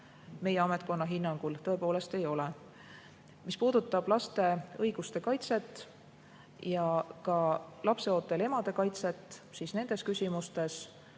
meie ametkonna hinnangul tõepoolest ei ole. Mis puudutab laste õiguste kaitset ja ka lapseootel emade kaitset, siis nendes küsimustes